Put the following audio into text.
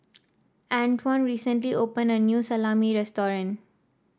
Antwon recently opened a new Salami restaurant